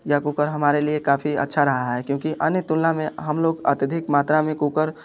यह कुकर हमारे लिए काफ़ी अच्छा रहा है क्योंकि अन्य तुलना में हम लोग अत्यधिक मात्रा में कुकर